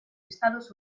estados